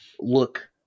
look